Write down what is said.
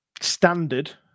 standard